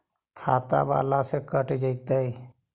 खाता बाला से कट जयतैय?